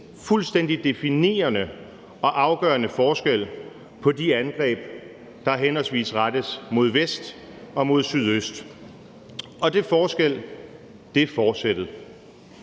fuldstændig definerende og afgørende forskel på de angreb, der henholdsvis rettes mod vest og mod sydøst, og den forskel er forsættet.